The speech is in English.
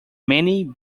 many